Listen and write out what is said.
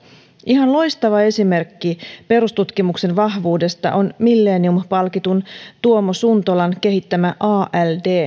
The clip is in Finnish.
ihan loistava esimerkki perustutkimuksen vahvuudesta on millennium palkitun tuomo suntolan kehittämä ald